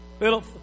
Little